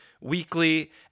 weekly